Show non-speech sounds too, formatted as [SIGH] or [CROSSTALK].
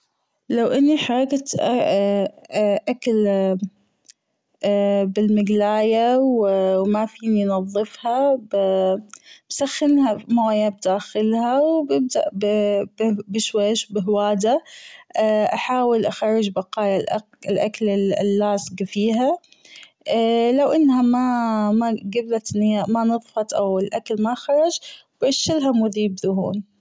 لو أني حرجت [HESITATION] أكل بالمجلاية وما فيني نظفها بسخنها بمويه داخلها وببدأ بشويش بهوادة أحاول أخرج بقايا الأكل اللاصج فيها لو أنها ما أنقبلت مانظفت أو الأكل ما خرج بجبلها مذيب دهون.